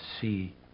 see